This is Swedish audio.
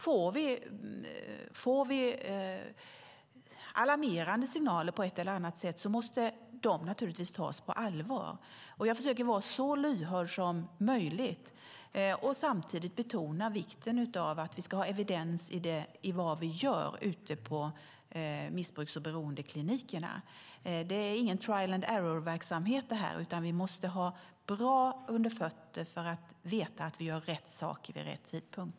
Får vi alarmerande signaler på ett eller annat sätt måste de naturligtvis tas på allvar. Jag försöker vara så lyhörd som möjligt och samtidigt betona vikten av att vi ska ha evidens i vad vi gör ute på missbruks och beroendeklinikerna. Det här är ingen trial-and-error-verksamhet, utan vi måste ha bra på fötterna för att veta att vi gör rätt saker vid rätt tidpunkt.